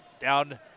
Down